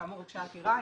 כאמור הוגשה עתירה,